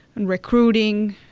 and recruiting,